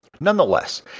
Nonetheless